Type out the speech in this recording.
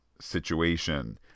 situation